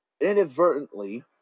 inadvertently